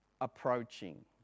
approaching